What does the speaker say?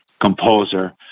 composer